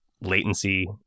latency